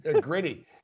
gritty